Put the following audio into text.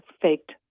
faked